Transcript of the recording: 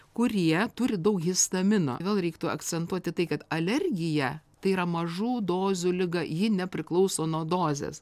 kurie turi daug histamino vėl reiktų akcentuoti tai kad alergija tai yra mažų dozių liga ji nepriklauso nuo dozės